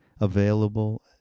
available